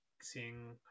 seeing